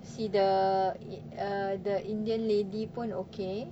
see the it uh the indian lady pun okay